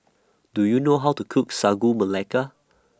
Do YOU know How to Cook Sagu Melaka